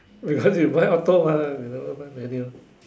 because you buy auto mah you never buy manual